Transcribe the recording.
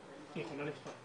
איתנו?